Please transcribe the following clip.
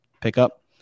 pickup